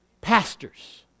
Pastors